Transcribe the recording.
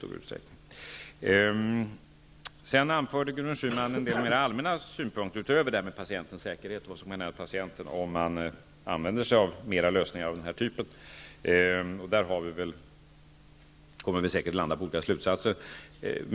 Gudrun Schyman anförde sedan en del mer allmänna synpunkter, utöver detta med patientens säkerhet, om man använder sig av lösningar av denna typ. Där kommer vi säkert att landa på olika slutsatser.